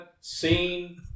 seen